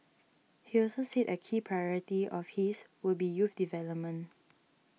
he also said a key priority of his will be youth development